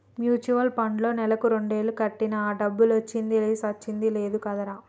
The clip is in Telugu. మ్యూచువల్ పండ్లో నెలకు రెండేలు కట్టినా ఆ డబ్బులొచ్చింది లేదు సచ్చింది లేదు కదరా